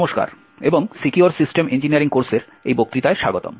নমস্কার এবং secure system engineering কোর্সের এই বক্তৃতায় স্বাগতম